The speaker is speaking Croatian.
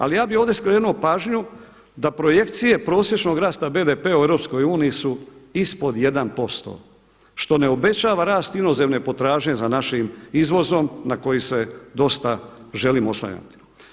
Ali ja bih ovdje skrenuo pažnju da projekcije prosječnog rasta BDP-a u Europskoj uniji su ispod 1% što ne obećava rast inozemne potražnje za našim izvozom na koji se dosta želim oslanjati.